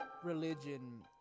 religion